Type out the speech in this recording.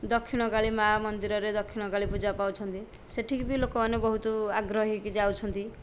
ଦକ୍ଷିଣ କାଳୀ ମା' ମନ୍ଦିରରେ ଦକ୍ଷିଣ କାଳୀ ମା' ପୂଜା ପାଉଛନ୍ତି ସେଠିକି ବି ଲୋକମାନେ ବହୁତ ଆଗ୍ରହ ହୋଇକି ଯାଉଛନ୍ତି